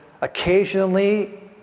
occasionally